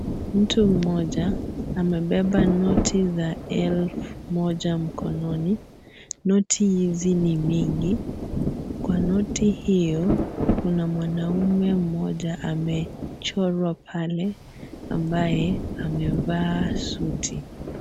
Mtu mmoja mebeba noti za elfu moja mkononi, noti hizi ni mingi kwa noti hiyo kuna mwanaume mmoja ambaye amechorwa pale ambaye amevaa suti.